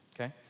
okay